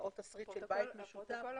תשריט של בית משותף.